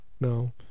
no